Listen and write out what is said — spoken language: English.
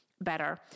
better